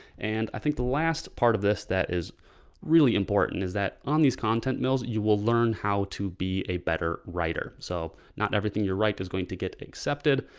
and i think the last part of this that is really important is that on these content mills, you will learn how to be a better writer. so not everything you write is going to get accepted,